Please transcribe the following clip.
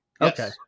Okay